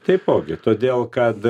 taipogi todėl kad